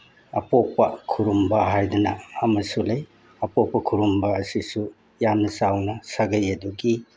ꯑꯄꯣꯛꯄ ꯈꯣꯏꯔꯨꯝꯕ ꯍꯥꯏꯗꯅ ꯑꯃꯁꯨ ꯂꯩ ꯑꯄꯣꯛꯄ ꯈꯨꯔꯨꯝꯕ ꯑꯁꯤꯁꯨ ꯌꯥꯝꯅ ꯆꯥꯎꯅ ꯁꯥꯒꯩ ꯑꯗꯨꯒꯤ